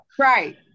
Right